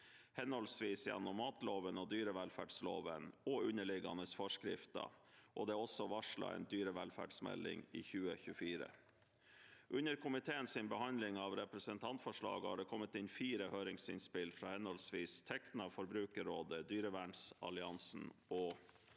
henholdsvis gjennom matloven og dyrevelferdsloven og underliggende forskrifter. Det er også varslet en dyrevelferdsmelding i 2024. Under komiteens behandling av representantforslaget har det kommet inn fire høringsinnspill fra henholdsvis Tekna, Forbrukerrådet, Dyrevernalliansen og